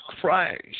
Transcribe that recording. Christ